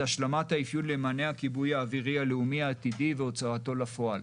זה השלמת האפיון למענה הכיבוי האווירי הלאומי העתידי והוצאתו לפועל.